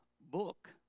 book